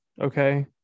Okay